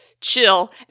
chill